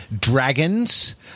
Dragons